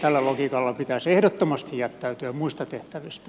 tällä logiikalla pitäisi ehdottomasti jättäytyä muista tehtävistä